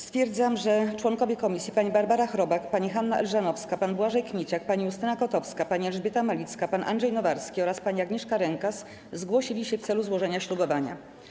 Stwierdzam, że członkowie komisji: pani Barbara Chrobak, pani Hanna Elżanowska, pan Błażej Kmieciak, pani Justyna Kotowska, pani Elżbieta Malicka, pan Andrzej Nowarski oraz pani Agnieszka Rękas zgłosili się w celu złożenia ślubowania.